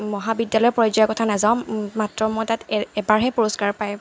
মহাবিদ্যালয় পৰ্যায়ৰ কথা নাযাওঁ মাত্ৰ মই তাত এবাৰহে পুৰস্কাৰ পাই